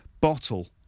Bottle